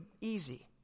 easy